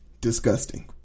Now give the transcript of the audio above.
Disgusting